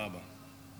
תודה רבה.